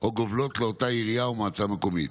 או גובלות לאותה עירייה או מועצה מקומית.